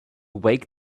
wake